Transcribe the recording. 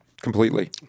completely